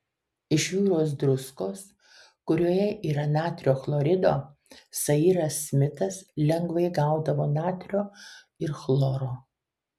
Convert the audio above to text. iš jūros druskos kurioje yra natrio chlorido sairas smitas lengvai gaudavo natrio ir chloro